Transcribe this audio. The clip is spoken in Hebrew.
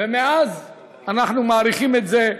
ומאז אנחנו מאריכים את זה.